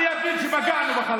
אני שואל אותך.